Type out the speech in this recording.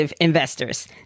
investors